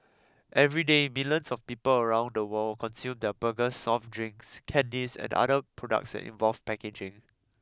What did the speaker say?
everyday millions of people around the world consume their burgers soft drinks candies and other products that involve packaging